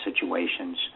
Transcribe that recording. situations